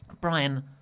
Brian